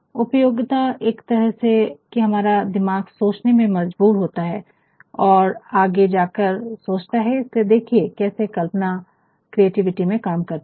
उपयोगिता एक तरह से कि हमारा दिमाग सोचने के मज़बूर होता है और आगे जाकर सोचता है इसलिए देखिये कैसे कल्पना क्रिएटिविटी में काम करती है